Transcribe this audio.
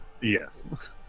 Yes